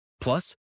Plus